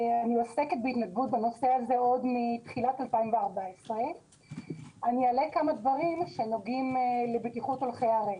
אני עוסקת בנושא הזה בהתנדבות עוד מתחילת 2014. אעלה כמה דברים שנוגעים לבטיחות הולכי הרגל.